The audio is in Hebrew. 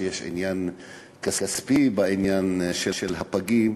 שיש עניין כספי בעניין של הפגים,